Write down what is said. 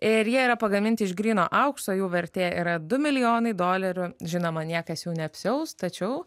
ir jie yra pagaminti iš gryno aukso jų vertė yra du milijonai dolerių žinoma niekas jų neapsiaus tačiau